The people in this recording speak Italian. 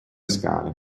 scale